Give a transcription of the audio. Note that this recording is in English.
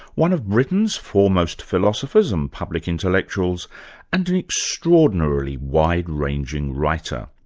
one of britain's foremost philosophers and public intellectuals and an extraordinarily wide-ranging writer.